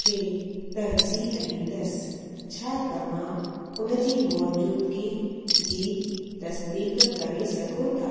खे तरज़ीह ॾींदसि छा तव्हां उनजी मौजूदगी जी तसदीकु करे सघो था